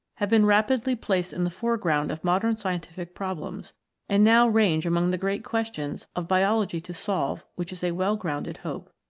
have been rapidly placed in the foreground of modern scientific problems and now range among the great questions of biology to solve which is a well-grounded hope.